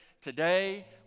today